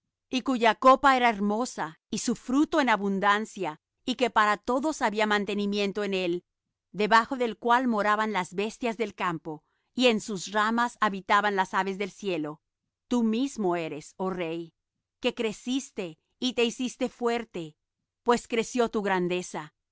y cuya copa era hermosa y su fruto en abundancia y que para todos había mantenimiento en él debajo del cual moraban las bestias del campo y en sus ramas habitaban las aves del cielo tú mismo eres oh rey que creciste y te hiciste fuerte pues creció tu grandeza